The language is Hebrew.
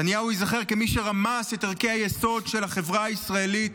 נתניהו ייזכר כמי שרמס את ערכי היסוד של החברה הישראלית,